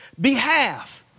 behalf